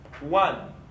One